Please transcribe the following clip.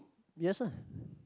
yes ah